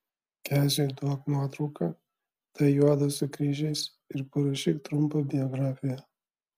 keziui duok nuotrauką tą juodą su kryžiais ir parašyk trumpą biografiją